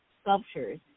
sculptures